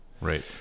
right